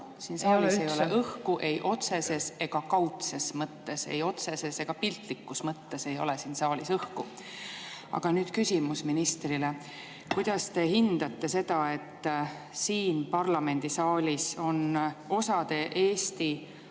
Siin saalis ei ole õhku ei otseses ega kaudses mõttes – ei otseses ega piltlikus mõttes ei ole siin saalis õhku. Aga nüüd küsimus ministrile: kuidas te hindate seda, et siin parlamendisaalis on osa ausate,